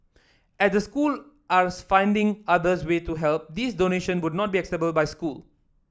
as the school are finding others way to help these donation would not be accepted by school